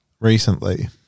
recently